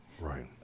Right